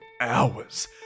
hours